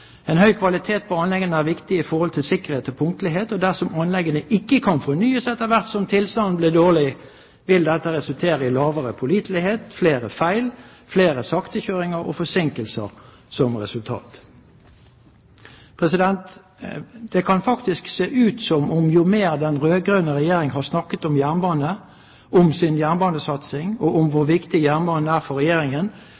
En høy kvalitet på anleggene er viktig i forhold til sikkerhet og punktlighet, og dersom anleggene ikke kan fornyes etter hvert som tilstanden blir for dårlig, vil dette resultere i lavere pålitelighet og flere feil med flere saktekjøringer og forsinkelser som resultat.» Det kan faktisk se ut som om jo mer den rød-grønne regjeringen har snakket om jernbane, om sin jernbanesatsing og om hvor